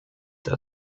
der